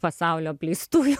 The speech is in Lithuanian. pasaulio apleostųjų